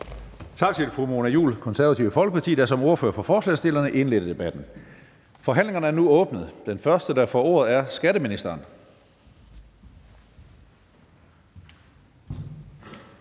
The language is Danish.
Tak til fru Mona Juul, Det Konservative Folkeparti, der som ordfører for forslagsstillerne indledte debatten. Forhandlingen er nu åbnet, og den første, der får ordet, er skatteministeren.